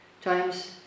times